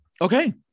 Okay